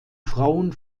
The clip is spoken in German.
frauen